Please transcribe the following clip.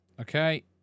Okay